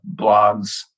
blogs